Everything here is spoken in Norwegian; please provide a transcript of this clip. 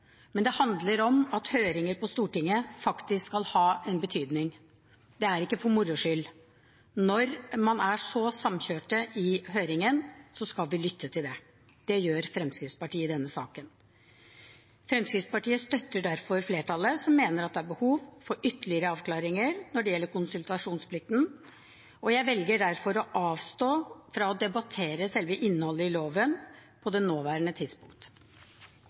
men det handler om at høringer på Stortinget faktisk skal ha en betydning – det er ikke for moro skyld. Når man er så samkjørte i høringen, skal vi lytte til det. Det gjør Fremskrittspartiet i denne saken. Fremskrittspartiet støtter derfor flertallet, som mener at det er behov for ytterligere avklaringer når det gjelder konsultasjonsplikten, og jeg velger derfor å avstå fra å debattere selve innholdet i loven på det nåværende tidspunkt.